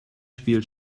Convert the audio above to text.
spiel